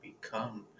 become